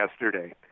yesterday